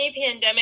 pandemic